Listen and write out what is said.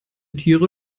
tiere